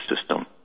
system